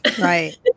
Right